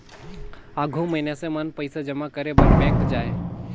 आघु मइनसे मन पइसा जमा करे बर बेंक जाएं